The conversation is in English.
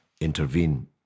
intervene